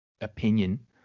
opinion